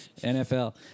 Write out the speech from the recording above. NFL